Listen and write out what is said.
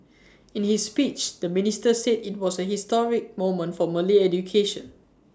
in his speech the minister said IT was A historic moment for Malay education